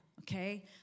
okay